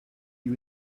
you